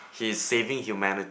he is saving humility